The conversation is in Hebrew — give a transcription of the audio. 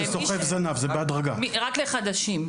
רק לחדשים.